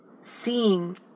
seeing